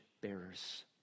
bearers